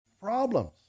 Problems